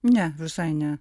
ne visai ne